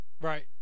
Right